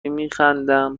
میخندم